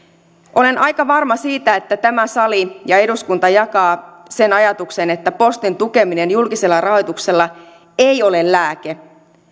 olen aika varma siitä että tämä sali ja eduskunta jakaa sen ajatuksen että postin tukeminen julkisella rahoituksella ei ole lääke